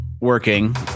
working